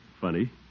Funny